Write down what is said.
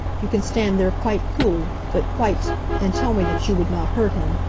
you can stand there, quite cool but quite and tell me that you would not hurt him,